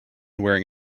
wearing